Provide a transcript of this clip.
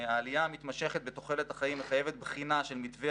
העלייה המתמשכת בתוחלת החיים מחייבת בחינה של מתווה